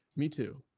me too.